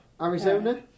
Arizona